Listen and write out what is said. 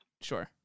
Sure